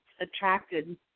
attracted